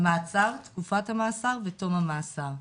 המעצר, תקופת המאסר ותום המאסר.